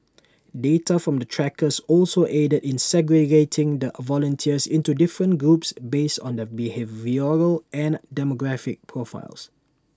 data from the trackers also aided in segregating the volunteers into different groups based on their behavioural and demographic profiles